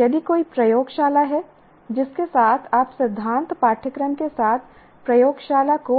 यदि कोई प्रयोगशाला है जिसके साथ आप सिद्धांत पाठ्यक्रम के साथ प्रयोगशाला को